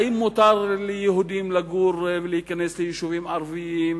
האם מותר ליהודים לגור ולהיכנס ליישובים ערביים?